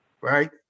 right